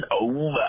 over